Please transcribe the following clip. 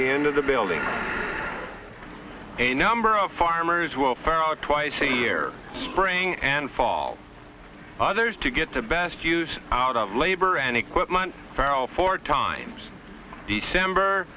the end of the bill a number of farmers will fare out twice a year spring and fall others to get the best use out of labor and equipment for all four times december